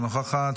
אינה נוכחת,